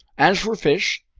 as for fish,